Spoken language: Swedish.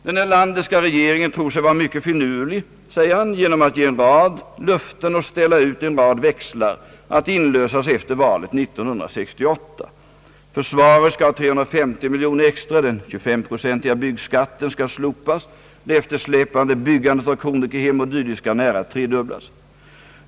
»Den Erlanderska regeringen tror sig vara mycket finurlig genom att ge en rad löften och ställa ut en rad växlar att inlösas efter valet 1968. Försvaret skall få 350 miljoner extra, den 25-procentiga byggskatten skall slopas, det eftersläpande byggandet av kronikerhem 0. d. skall nära tredubblas.